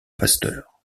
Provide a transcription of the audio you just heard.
pasteur